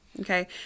okay